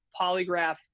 polygraph